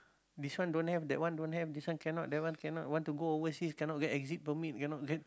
this one don't have that one don't have this one cannot that one cannot want to go overseas cannot get exit permit cannot get